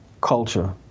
culture